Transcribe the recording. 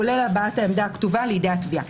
כולל הבעת העמדה הכתובה לידי התביעה.